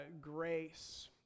grace